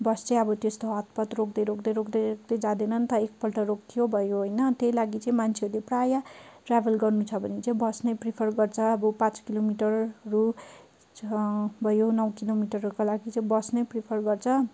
बस चाहिँ अब त्यस्तो हत्तपत्त रोक्दै रोक्दै रोक्दै रोक्दै जाँदैन नि त एकपल्ट रोकियो भयो होइन त्यही लागि चाहिँ मान्छेहरूले प्रायः ट्राभल गर्नु छ भने चाहिँ बस नै प्रिफर गर्छ अब पाँच किलोमिटरहरू भयो नौ किलोमिटरहरूको लागि चाहिँ बस नै प्रिफर गर्छ